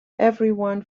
everyone